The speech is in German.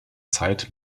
zeit